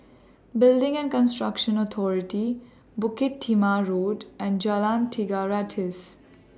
Building and Construction Authority Bukit Timah Road and Jalan Tiga Ratus